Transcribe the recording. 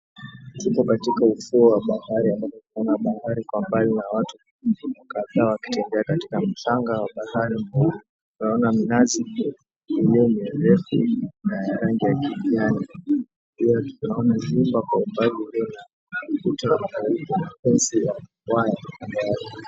Tuko katika ufuo wa bahari ambapo tunaona bahari kwa mbali na watu kadhaa wakitembea katika mchanga wa bahari huu. Tunaona minazi iliyo mirefu na rangi ya kijani. Pia tunaona nyumba kwa umbali iliyo na ukuta wa kawaida na fensi ya waya kando yake.